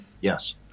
Yes